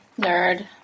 nerd